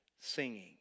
singing